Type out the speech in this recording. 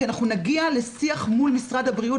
כי אנחנו נגיע לשיח מול משרד הבריאות,